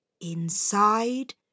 inside